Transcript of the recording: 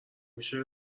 میشه